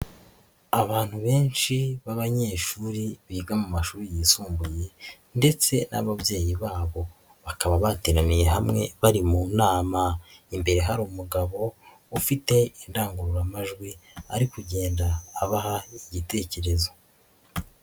Abantu benshi b'abanyeshuri biga mu mashuri yisumbuye ndetse n'ababyeyi babo bakaba bateraniye hamwe bari mu nama imbere hari umugabo ufite indangururamajwi ari kugenda abaha igitekerezo.